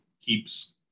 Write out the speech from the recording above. keeps